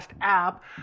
app